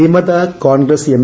വിമത കോൺഗ്രസ് എം